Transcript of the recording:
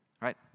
right